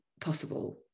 possible